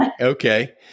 okay